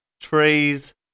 Trees